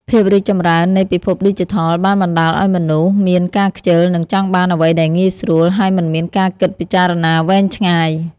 ភាពររីកចម្រើននៃពិភពឌីជីថល បានបណ្ដាលឲ្យមនុស្សមានការខ្ជិល និងចង់បានអ្វីដែលងាយស្រួល ហើយមិនមានការគិតពិចារណាវែងឆ្ងាយ។